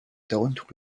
don’t